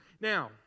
Now